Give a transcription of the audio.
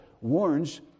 warns